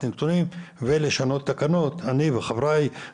אני מבקש מוועדות התכנון והבנייה, משרד